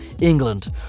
England